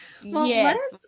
yes